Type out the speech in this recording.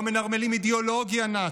לא מנרמלים אידיאולוגיה נאצית,